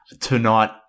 Tonight